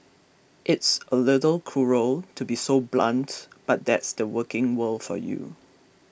it's a little cruel to be so blunt but that's the working world for you